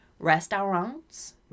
Restaurants